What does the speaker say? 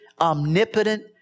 omnipotent